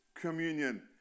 communion